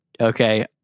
Okay